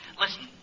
Listen